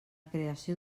creació